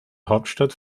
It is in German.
hauptstadt